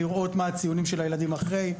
לראות מה הציונים של הילדים אחרי.